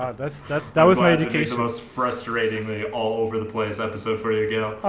ah that's, that's that was my education was frustratingly all over the place episode where you go, oh,